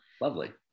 Lovely